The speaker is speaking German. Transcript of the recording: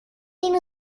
den